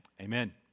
Amen